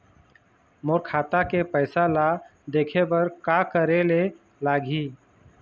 मोर खाता के पैसा ला देखे बर का करे ले लागही?